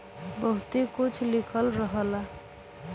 बहुते कुछ लिखल रहला